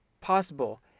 possible